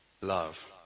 love